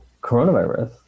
coronavirus